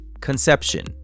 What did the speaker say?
conception